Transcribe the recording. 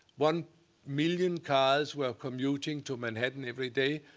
one million cars were commuting to manhattan every day.